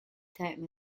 time